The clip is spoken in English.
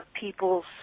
people's